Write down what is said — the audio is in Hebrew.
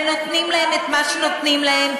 ונותנים להם את מה שנותנים להם,